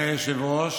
אדוני היושב-ראש,